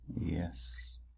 Yes